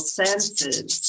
senses